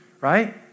right